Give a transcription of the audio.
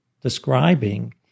describing